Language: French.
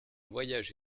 voyage